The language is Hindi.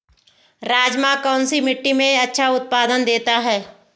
राजमा कौन सी मिट्टी में अच्छा उत्पादन देता है?